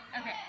Okay